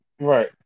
Right